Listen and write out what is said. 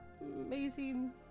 amazing